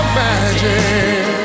magic